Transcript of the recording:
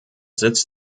sitz